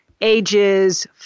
ages